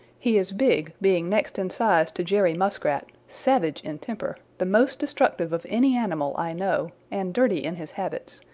he is big, being next in size to jerry muskrat, savage in temper, the most destructive of any animal i know, and dirty in his habits.